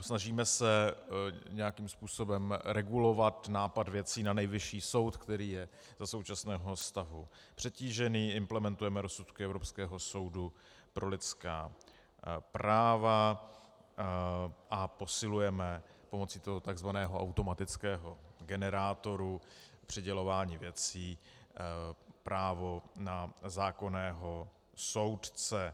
Snažíme se nějakým způsobem regulovat nápad věcí na Nejvyšší soud, který je za současného stavu přetížený, implementujeme rozsudky Evropského soudu pro lidská práva a posilujeme pomocí tzv. automatického generátoru přidělování věcí právo na zákonného soudce.